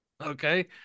Okay